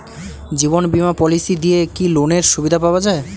জীবন বীমা পলিসি দিয়ে কি লোনের সুবিধা পাওয়া যায়?